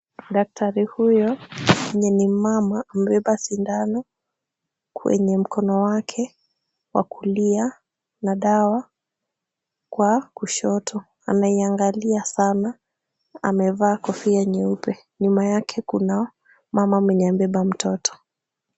Daktari huyu mwenye ni mama, amebeba sindano kwenye mkono wake wa kulia na dawa kwa kushoto, anaiangalia sana, amevaa kofia nyeupe. Nyuma yake kuna mama mwenye amebeba mtoto.